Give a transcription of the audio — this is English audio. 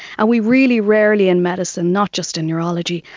and we really rarely in medicine, not just in neurology,